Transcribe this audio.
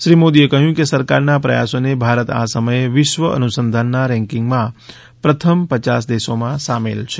શ્રી મોદીએ કહ્યું કે સરકારના પ્રયાસોને ભારત આ સમયે વિશ્વ અનુસંધાનના રેંકિંગમાં પ્રથમ પયાસ દેશોમાં સામેલ છે